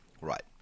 Right